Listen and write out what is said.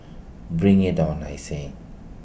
bring IT on I say